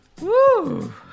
Woo